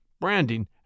branding